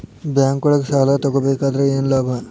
ಬ್ಯಾಂಕ್ನೊಳಗ್ ಸಾಲ ತಗೊಬೇಕಾದ್ರೆ ಏನ್ ಲಾಭ?